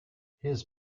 his